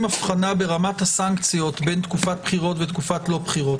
הבחנה ברמת הסנקציות בין תקופת בחירות ותקופת לא בחירות.